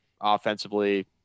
offensively